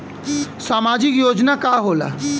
सामाजिक योजना का होला?